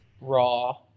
raw